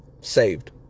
saved